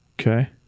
Okay